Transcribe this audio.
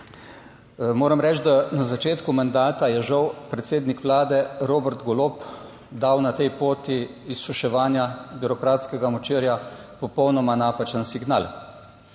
Moram reči, da na začetku mandata je žal predsednik Vlade Robert Golob dal na tej poti izsuševanja birokratskega močvirja popolnoma napačen signal.